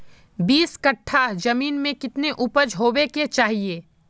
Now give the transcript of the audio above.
बीस कट्ठा जमीन में कितने उपज होबे के चाहिए?